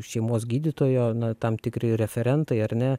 šeimos gydytojo tam tikri referentai ar ne